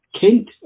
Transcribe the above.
Kent